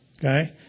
Okay